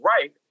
right